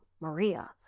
Maria